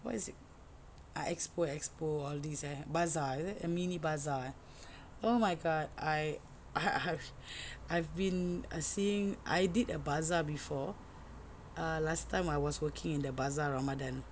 what is it ah expo expo all these eh bazaar is it a mini bazaar oh my god I I I I've been seeing I did a bazaar before ah last time I was working in the bazaar ramadan